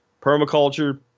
Permaculture